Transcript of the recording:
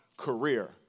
career